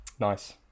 Nice